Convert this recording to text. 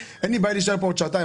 אין לי בעיה להישאר פה עוד שעתיים,